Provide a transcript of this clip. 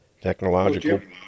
Technological